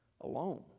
alone